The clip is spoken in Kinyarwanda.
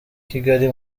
kigali